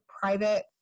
private